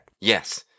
Yes